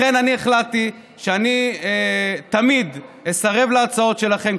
לכן אני החלטתי שאני תמיד אסרב להצעות שלכם,